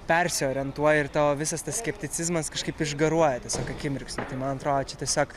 persiorientuoja ir tavo visas tas skepticizmas kažkaip išgaruoja tiesiog akimirksniu man atrodo čia tiesiog